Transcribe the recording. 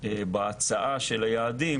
בהצעה של היעדים